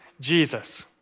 Jesus